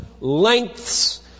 lengths